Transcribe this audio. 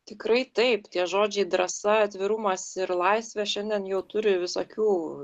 tikrai taip tie žodžiai drąsa atvirumas ir laisvė šiandien jau turi visokių